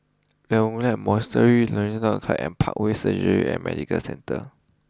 Carmelite Monastery Hollandse Club and Parkway Surgery and Medical Centre